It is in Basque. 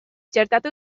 txertatu